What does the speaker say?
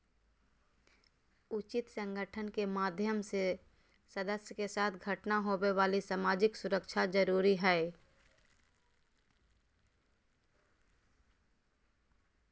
उचित संगठन के माध्यम से सदस्य के साथ घटना होवे वाली सामाजिक सुरक्षा जरुरी हइ